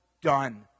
done